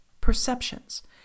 perceptions